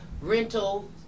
rental